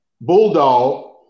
Bulldog